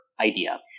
idea